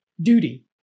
duty